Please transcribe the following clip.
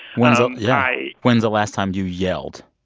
when's the yeah i. when's the last time you yelled?